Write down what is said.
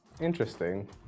Interesting